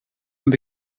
een